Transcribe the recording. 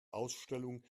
ausstellung